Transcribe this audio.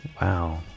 Wow